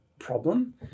problem